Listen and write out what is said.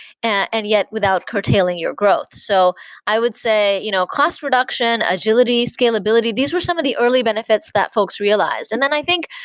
and yet without curtailing your growth. so i would say you know cost reduction, agility, scalability, these were some of the early benefits that folks realized. and then i think,